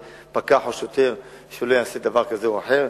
פקח או שוטר שלא יעשה דבר כזה או אחר.